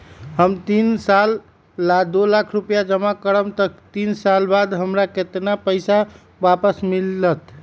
हम तीन साल ला दो लाख रूपैया जमा करम त तीन साल बाद हमरा केतना पैसा वापस मिलत?